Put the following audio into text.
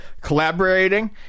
collaborating